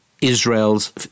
Israel's